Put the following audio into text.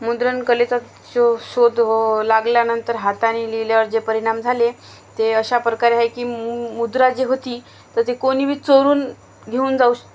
मुद्रणकलेचा जो शोध वो लागल्यानंतर हाताने लिहिल्यावर जे परिणाम झाले ते अशा प्रकारे आहे की मुद्रा जी होती तर ते कोणीबी चोरून घेऊन जाऊ श